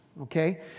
okay